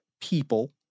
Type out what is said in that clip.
people